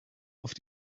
auf